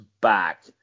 back